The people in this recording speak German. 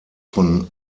von